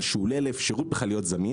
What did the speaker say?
כשהוא עולה לאפשרות להיות זמין,